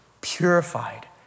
purified